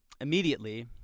immediately